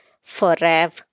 Forever